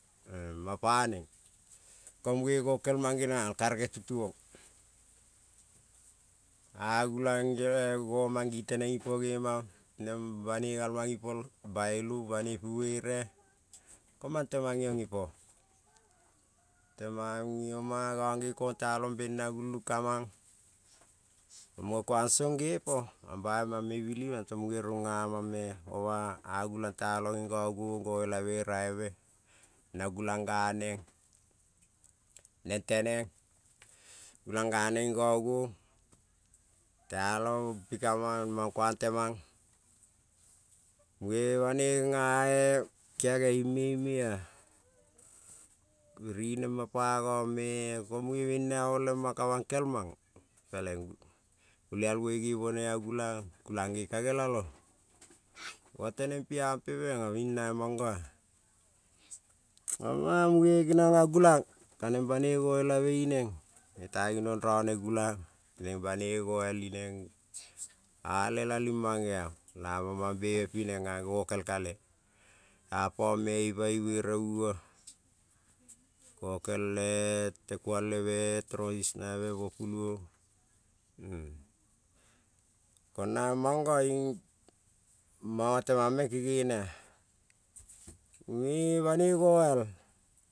E ma pa neng ko mune nokelman geniong a el karege ti tuo agulang, ngo mang ngi tenen ipo nemang banoi gal mang ipo el bailu banoi pi buere, kamong teman iong ipo ko ngo nge konten banim gulan ka mang muno kuason bai ma bai mang, mungo kagere song nge po mambai memelinen runam, a me oma ta ang nging ngo gaong ngo elabe raibe na gulan nga neng nete neng. Gulan nga neng mune banoi genia kiage i rinema pa no mea komune, bena a o leman ka bankel mang pelen olial muoi ne bone a gulan ne ka nelalo ko tenen pia pe mena i namono mune, genion a gulan kanen banoi no elabe i neng mungea iong gulang, neng banoi ngo elabe neng a lela mangeon amon mambe be pi neng nokel kale apome i ma i buere uo, nokel teku albe me torosis population kuaibe kona mono te mang meng kenenea mangeiong na ipo mune banoi noal.